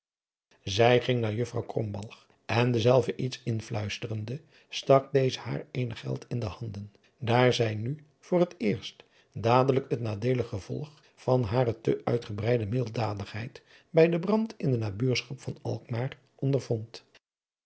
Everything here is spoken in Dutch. zij ging naar juffrouw krombalg en dezelve iets inluisterende stak deze haar eenig geld in handen daar zij nu voor het eerst dadelijk het nadeelig gevolg van hare te uitgebreide milddadigheid bij den brand in de nabuurschap van alkmaar ondervond